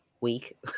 week